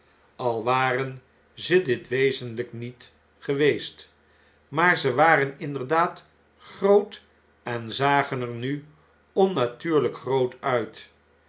al waren ze dit wezenlflk niet geweest maar ze waren inderdaad groot en zagen er nu onnatuurlp groot uit